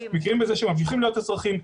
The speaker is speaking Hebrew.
מכירים בזה שהם ממשיכים להיות אזרחים,